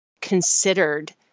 considered